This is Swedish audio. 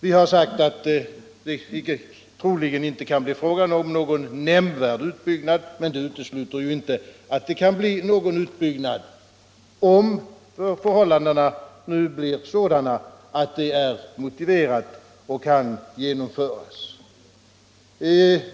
Vi har sagt att det troligen inte kan bli fråga om någon nämnvärd utbyggnad, men det utesluter inte att det kan bli någon utbyggnad om förhållandena nu blir sådana att det är motiverat och kan genomföras.